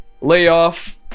layoff